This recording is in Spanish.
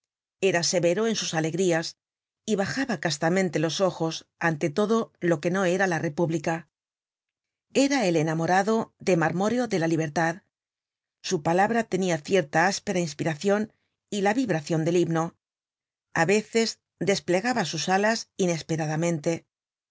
era severo en sus alegrías y bajaba castamente los ojos ante todo lo que no era la república era el enamorado de marmóreo de la libertad su palabra tenia cierta áspera inspiracion y la vibracion del himno a veces desplegaba sus alas inesperadamente